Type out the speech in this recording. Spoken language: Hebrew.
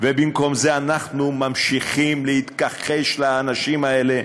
במקום זה אנחנו ממשיכים להתכחש לאנשים האלה,